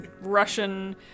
Russian